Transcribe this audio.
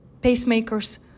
pacemakers